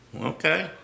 Okay